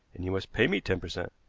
and you must pay me ten per cent.